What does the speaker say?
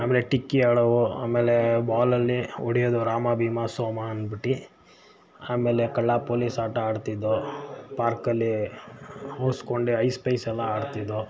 ಆಮೇಲೆ ಟಿಕ್ಕಿ ಆಡುವು ಆಮೇಲೆ ಬಾಲಲ್ಲಿ ಹೊಡೆಯೋದು ರಾಮ ಭೀಮ ಸೋಮ ಅಂದ್ಬಿಟ್ಟು ಆಮೇಲೆ ಕಳ್ಳ ಪೊಲೀಸ್ ಆಟ ಆಡ್ತಿದ್ದೋ ಪಾರ್ಕಲ್ಲಿ ಅವ್ತೊಂಡು ಐಸ್ ಪೈಸ್ ಎಲ್ಲ ಆಡ್ತಿದ್ವು